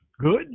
good